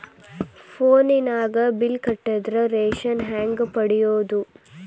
ಫೋನಿನಾಗ ಬಿಲ್ ಕಟ್ಟದ್ರ ರಶೇದಿ ಹೆಂಗ್ ಪಡೆಯೋದು?